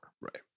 Right